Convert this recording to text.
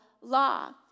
law